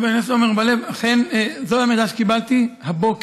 חבר הכנסת עמר בר-לב, אכן זה המידע שקיבלתי הבוקר,